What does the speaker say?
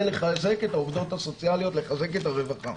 לחזק את העובדות הסוציאליות ולחזק את הרווחה.